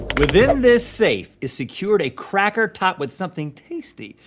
within this safe is secured a cracker topped with something tasty.